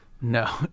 No